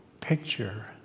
picture